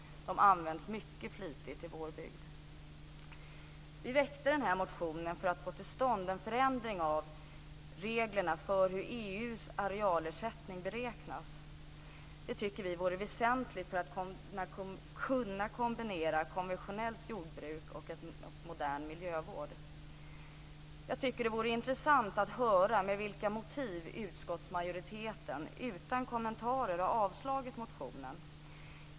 De används mycket flitigt i vår bygd. Vi väckte denna motion för att få till stånd en förändring av reglerna för hur EU:s arealersättning beräknas. Det tycker vi är väsentligt för att man ska kunna kombinera konventionellt jordbruk och modern miljövård. Jag tycker att det vore intressant att höra med vilka motiv utskottsmajoriteten utan kommentarer har avslagit motionen.